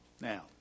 Now